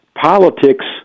politics